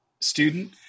student